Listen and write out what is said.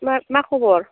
मा मा खबर